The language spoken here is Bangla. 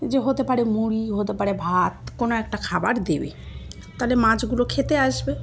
যে হতে পারে মুড়ি হতে পারে ভাত কোনো একটা খাবার দেবে তাহলে মাছগুলো খেতে আসবে